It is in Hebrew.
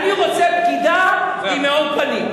אני רוצה פקידה עם מאור פנים.